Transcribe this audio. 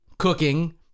cooking